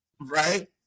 right